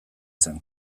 zen